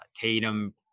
tatum